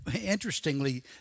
interestingly